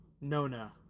Nona